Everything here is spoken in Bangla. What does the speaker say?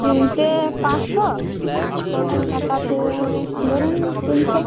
কিনতে পাঁচশো আর কাটাতে ধরুন তিনশো